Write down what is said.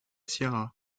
sierra